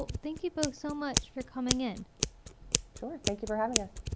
thank you both so much for coming in sure. thank you for having us